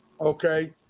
okay